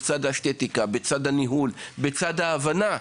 בצד האסתטיקה, בצד הניהול ובצד ההבנה.